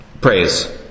praise